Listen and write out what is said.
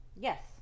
Yes